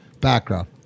background